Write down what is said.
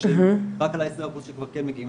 או שרק על העשרה אחוז שכן מגיעים.